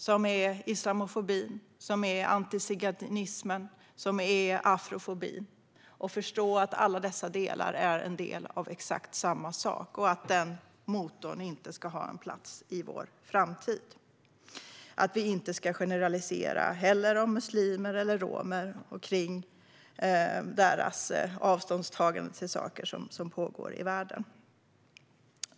Det handlar om islamofobi, antiziganism och afrofobi. Vi måste förstå att alla dessa delar är en del av exakt samma sak och att denna motor inte ska ha en plats i vår framtid. Vi ska heller inte generalisera om muslimer eller romer och deras avståndstagande till saker som pågår i världen.